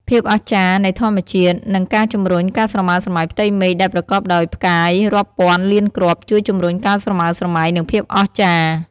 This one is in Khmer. ភាពអស្ចារ្យនៃធម្មជាតិ និងការជំរុញការស្រមើស្រមៃផ្ទៃមេឃដែលប្រកបដោយផ្កាយរាប់ពាន់លានគ្រាប់ ជួយជំរុញការស្រមើស្រមៃ និងភាពអស្ចារ្យ ។